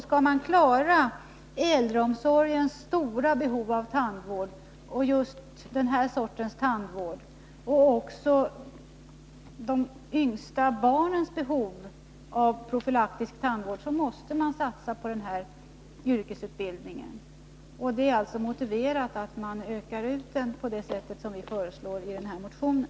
Skall man klara både äldreomsorgen och de yngsta barnens stora behov av profylaktisk tandvård måste man satsa på denna yrkesutbildning. Det är alltså motiverat att öka utbildningen på det sätt som vi föreslår i motionen.